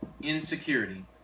insecurity